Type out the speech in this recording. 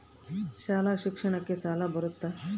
ಶಾಲಾ ಶಿಕ್ಷಣಕ್ಕ ಸಾಲ ಬರುತ್ತಾ?